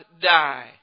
die